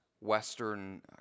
Western